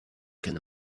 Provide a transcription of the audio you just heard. can